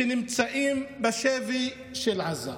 נמצאים בשבי של עזה.